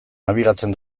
nabigatzen